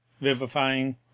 vivifying